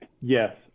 Yes